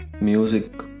music